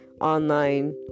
online